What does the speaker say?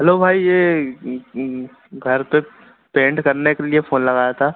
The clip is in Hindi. हलो भाई यह घर पर पेंट करने के लिए फ़ोन लगाया था